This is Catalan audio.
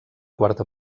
quarta